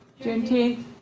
Juneteenth